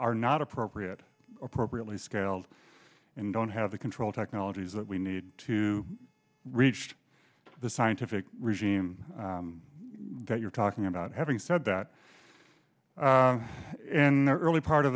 are not appropriate appropriately scaled and don't have the control technologies that we need to reach the scientific regime that you're talking about having said that an early part of